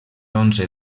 onze